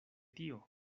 tio